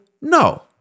No